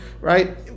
right